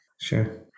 Sure